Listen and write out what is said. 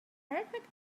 perfect